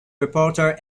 reporter